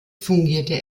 fungierte